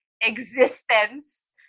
existence